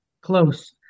close